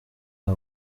aba